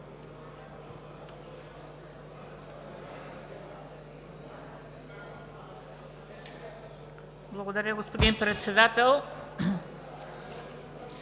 Благодаря, господин Председател.